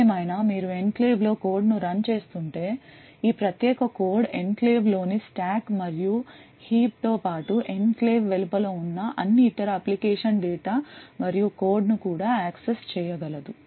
ఏదేమైనా మీరు ఎన్క్లేవ్లో కోడ్ను రన్ చేస్తుంటే ఈ ప్రత్యేక కోడ్ ఎన్క్లేవ్లోని స్టాక్ మరియు కుప్పతో పాటు ఎన్క్లేవ్ వెలుపల ఉన్న అన్ని ఇతర అప్లికేషన్ డేటా మరియు కోడ్ను కూడా యాక్సెస్ చేయగలదు